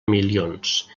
milions